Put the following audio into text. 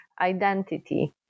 identity